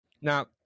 Now